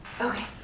okay